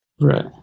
Right